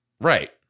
Right